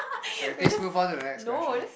sorry please move on to the next question